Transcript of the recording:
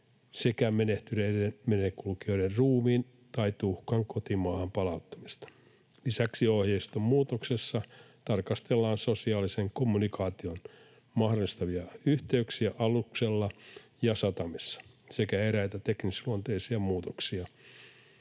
sekä menehtyneiden merenkulkijoiden ruumiin tai tuhkan kotimaahan palauttamista. Lisäksi ohjeiston muutoksessa tarkastellaan sosiaalisen kommunikaation mahdollistavia yhteyksiä aluksella ja satamissa sekä eräitä teknisluonteisia muutoksia.